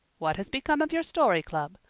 what has become of your story club?